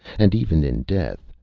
and even in death,